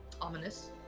Ominous